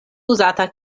uzata